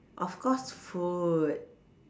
of course food